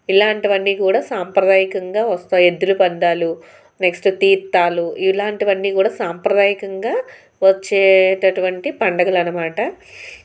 ఇలాంటివన్నీ కూడా సాంప్రదాయకంగా వస్తాయి ఎద్దుల పందాలు నెక్స్ట్ తీర్థాలు ఇలాంటివన్నీ కూడా సాంప్రదాయకంగా వచ్చేటటువంటి పండుగలు అనమాట